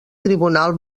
tribunal